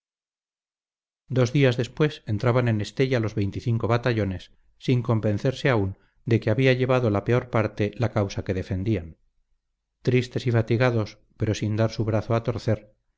dos días después entraban en estella los veinticinco batallones sin convencerse aún de que había llevado la peor parte la causa que defendían tristes y fatigados pero sin dar su brazo a torcer